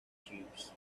cubes